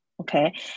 okay